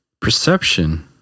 perception